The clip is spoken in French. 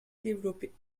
développés